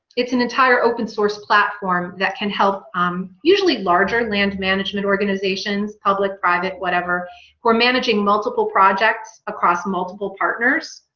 it's an entire open-source platform that can help um usually larger land management organizations public private whatever we're managing multiple projects across multiple partners